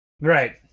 Right